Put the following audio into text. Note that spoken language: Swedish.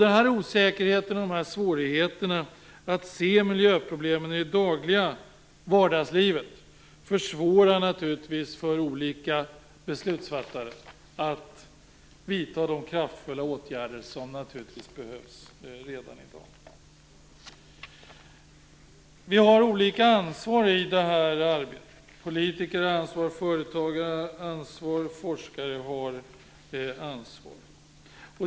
Denna osäkerhet och dessa svårigheter att se miljöproblemen i det dagliga livet försvårar naturligtvis för olika beslutsfattare att vidta de kraftfulla åtgärder som behövs redan i dag. Vi har olika ansvar i det här arbetet. Politiker, företagare och forskare har ansvar.